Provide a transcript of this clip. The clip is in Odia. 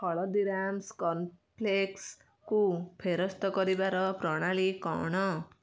ହଲଦୀରାମ୍ସ୍ କର୍ଣ୍ଣ୍ଫ୍ଲେକ୍ସ୍କୁ ଫେରସ୍ତ କରିବାର ପ୍ରଣାଳୀ କ'ଣ